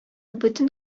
бөтен